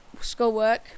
schoolwork